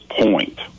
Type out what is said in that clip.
point